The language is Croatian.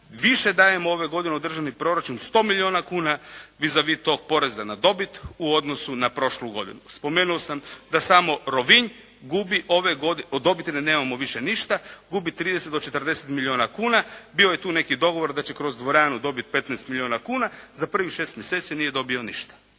Više dajemo ove godine u državni proračun, 100 milijuna kuna «vis a vis» tog poreza na dobit u odnosu na prošlu godinu. Spomenuo sam da samo Rovinj gubi ove, od dobiti nemamo više ništa, gubi 30 do 40 milijuna kuna. Bio je tu neki dogovor da će kroz dvoranu dobiti 15 milijuna kuna. Za prvih 6 mjeseci nije dobio ništa.